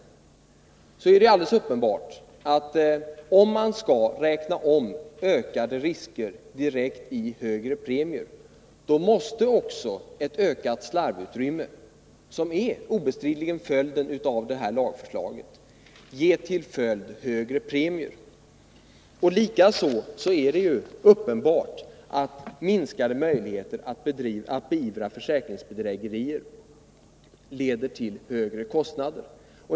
Det är alldeles uppenbart att om man skall räkna om ökade risker direkt i högre premier, så måste ett ökat slarvutrymme, något som obestridligen blir följden av det här lagförslaget, leda till högre premier. Nr 56 Likaså är det uppenbart att minskade möjligheter att beivra försäkringsbe Tisdagen den drägerier leder till högre kostnader.